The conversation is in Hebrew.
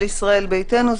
של ישראל ביתנו,